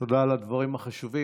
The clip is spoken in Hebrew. תודה על הדברים החשובים.